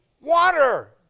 water